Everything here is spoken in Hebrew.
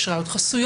יש ראיות חסויות